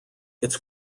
its